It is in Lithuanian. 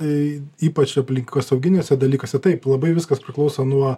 tai ypač aplinkosauginiuose dalykuose taip labai viskas priklauso nuo